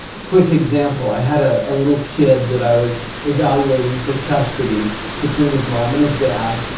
quick example. i had a ah little kid that i was evaluating for custody between his mom and his dad.